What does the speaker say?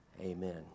amen